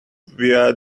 via